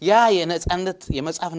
yeah i and it's and that you must ave